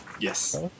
Yes